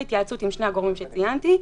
בהתייעצות עם שני הגורמים שציינתי,